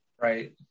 Right